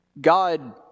God